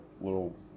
little